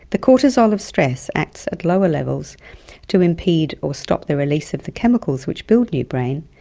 the cortisol of stress acts at lower levels to impede or stop the release of the chemicals which build new brain,